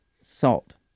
salt